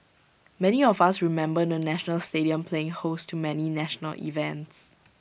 many of us remember the national stadium playing host to many national events